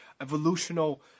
evolutional